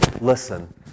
Listen